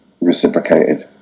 reciprocated